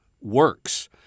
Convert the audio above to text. works